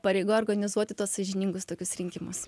pareiga organizuoti tuos sąžiningus tokius rinkimus